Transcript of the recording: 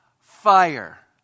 fire